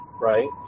right